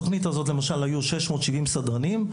בתוכנית הזאת היו 670 סדרנים,